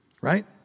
Right